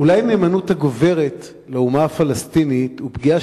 אולי הנאמנות הגוברת לאומה הפלסטינית ופגיעה